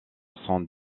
sont